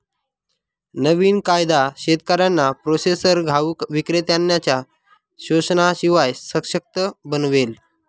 नवीन कायदा शेतकऱ्यांना प्रोसेसर घाऊक विक्रेत्त्यांनच्या शोषणाशिवाय सशक्त बनवेल